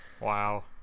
wow